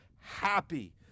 happy